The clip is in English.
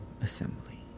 Assembly